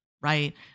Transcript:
right